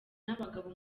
n’abagabo